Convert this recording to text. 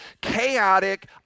chaotic